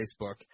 Facebook